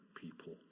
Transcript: people